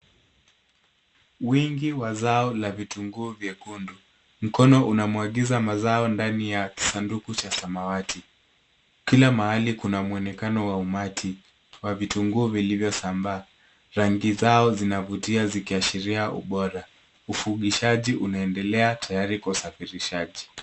Wingi wa zao la vitunguu vyekundu. Mkono unamwagiza mazao ndani ya kisanduku cha samawati. Kila mahali kuna mwonekano wa umati wa vitunguu vilivyosambaa. Rangi zao zinavutia zikiashiria ubora. Ufugishaji unaendelea tayari kwa usafirishaji